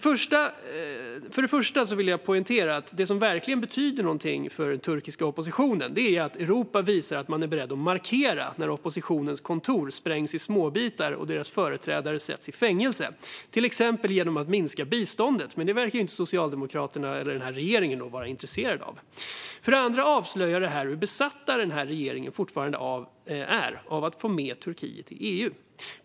För det första vill jag poängtera att det som verkligen betyder något för den turkiska oppositionen är att Europa visar att man är beredd att markera när oppositionens kontor sprängs i småbitar och deras företrädare sätts i fängelse, till exempel genom att minska biståndet. Men detta verkar inte Socialdemokraterna eller regeringen vara intresserade av. För det andra avslöjar detta hur besatt regeringen fortfarande är av att få med Turkiet i EU.